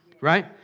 Right